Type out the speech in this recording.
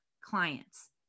clients